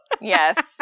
yes